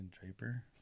Draper